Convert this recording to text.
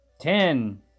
Ten